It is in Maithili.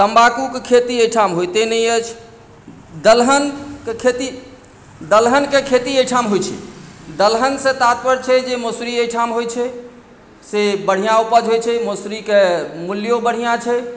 तम्बाकूके खेती एहिठाम होइते नहि अछि दलहनके खेती दलहनके खेती एहिठाम होइत छै दलहनसँ तात्पर्य अछि जे मसुरी एहिठाम होइत छै से बढ़िआँ उपज होइत छै मसुरीके मूल्यो बढ़िआँ छै